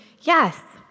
Yes